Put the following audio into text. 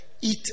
Eat